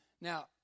Now